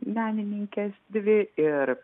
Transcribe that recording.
menininkes dvi ir